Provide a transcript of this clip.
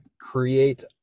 create